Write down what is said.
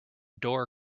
door